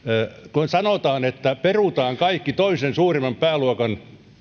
kun sanotaan että perutaan kaikki toiseksi suurimman pääluokan